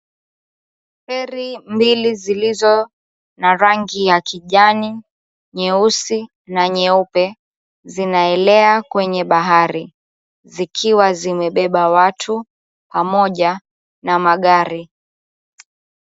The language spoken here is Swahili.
Feri mbili zilizo na rangi ya kijani nyeusi na nyeupe zinaelea kwenye bahari zikiwa zimebeba watu pamoja na magari.